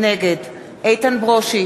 נגד איתן ברושי,